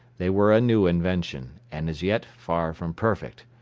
they were a new invention, and as yet far from perfect.